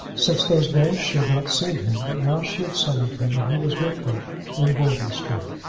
since those days she had not seen him, but now she had summoned him, and he was with her in bolton street.